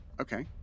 Okay